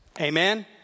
Amen